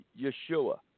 Yeshua